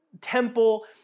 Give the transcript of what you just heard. temple